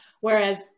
whereas